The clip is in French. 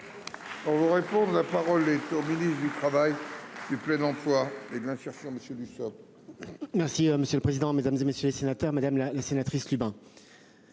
vous répondre. La parole est au ministre du Travail, du plein emploi et de l'insertion, monsieur Dussopt.